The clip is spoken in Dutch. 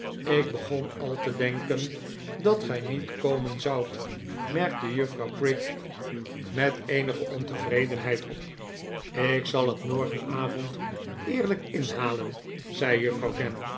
ik begon al te denken dat gij niet komen zoudt merkte juffrouw prig met eenige ontevredenheid op ik zal het morgenavond eerlijk inhalen zei juffrouw